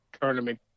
tournament